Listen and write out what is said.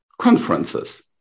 conferences